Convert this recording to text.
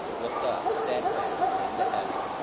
looked up stedfastly into heaven,